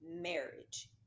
marriage